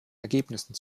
ergebnissen